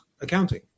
accounting